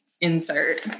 insert